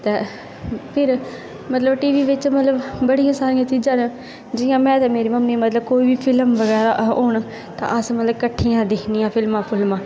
ते फिर टीवी बिच मतलब बड़ियां सारियां चीज़ां न जियां में ते मे री मम्मी मतलब कोई बी फिल्म बगैरा होन ते अस मतलब किट्ठियां दिक्खनियां फिल्मां